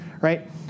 right